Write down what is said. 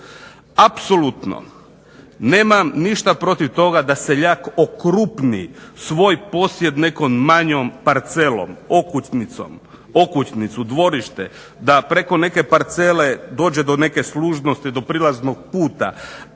Apsolutno nemam ništa protiv toga da seljak okrupni svoj posjed nekom manjom parcelom, okućnicom, okućnicu, dvorište, da preko neke parcele dođe do neke služnosti, do prilaznog puta.